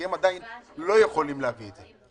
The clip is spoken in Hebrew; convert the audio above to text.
כי הם עדיין לא יכולים להביא את זה.